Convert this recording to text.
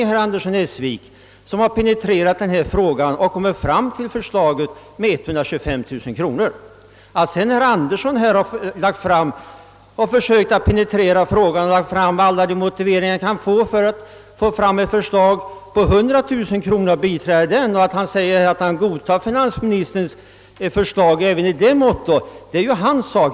Ja, herr Andersson i Essvik, det beror på att den utredning som penetrerat denna fråga kommit fram till den siffran. Att sedan herr Andersson i Essvik framfört alla de motiveringar han kunnat finna för att biträda en gränsdragning vid 100 000 kronor och att han sagt sig vilja godta finansministerns förslag även i detta avseende är hans egen sak.